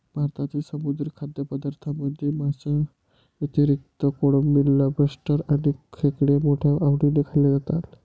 भारतातील समुद्री खाद्यपदार्थांमध्ये माशांव्यतिरिक्त कोळंबी, लॉबस्टर आणि खेकडे मोठ्या आवडीने खाल्ले जातात